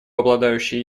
обладающие